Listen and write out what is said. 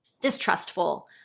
distrustful